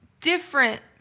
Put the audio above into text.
different